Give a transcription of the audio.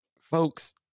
Folks